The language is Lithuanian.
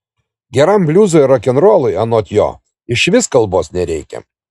geram bliuzui ar rokenrolui anot jo išvis kalbos nereikia